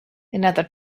another